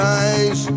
eyes